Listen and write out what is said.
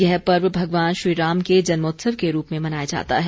यह पर्व भगवान श्रीराम के जन्मोत्सव के रूप में मनाया जाता है